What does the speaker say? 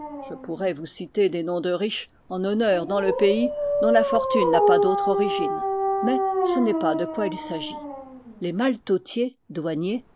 je pourrais vous citer des noms de riches en honneur dans le pays dont la fortune n'a pas d'autre origine mais ce n'est pas de quoi il s'agit les